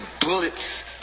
bullets